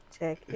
Check